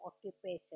occupation